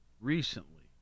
recently